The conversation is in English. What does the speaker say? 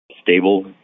stable